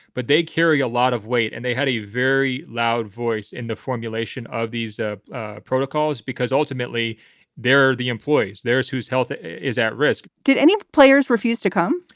but they carry a lot of weight. and they had a very loud voice in the formulation of these ah ah protocols because ultimately there are the employees there is whose health is at risk did any of players refuse to come?